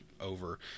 over